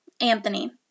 Anthony